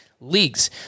leagues